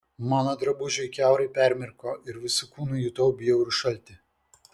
mano drabužiai kiaurai permirko ir visu kūnu jutau bjaurų šaltį